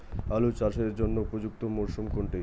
আলু চাষের জন্য উপযুক্ত মরশুম কোনটি?